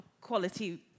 quality